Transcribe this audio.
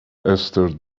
esther